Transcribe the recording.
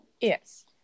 Yes